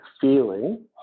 feeling